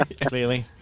clearly